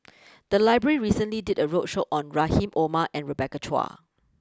the library recently did a roadshow on Rahim Omar and Rebecca Chua